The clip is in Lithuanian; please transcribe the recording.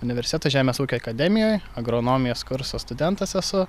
universiteto žemės ūkio akademijoj agronomijos kurso studentas esu